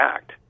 Act